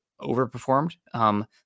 overperformed